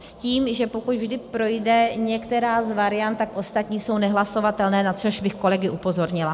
S tím, že pokud vždy projde některá z variant, tak ostatní jsou nehlasovatelné, na což bych kolegy upozornila.